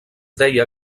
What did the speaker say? deia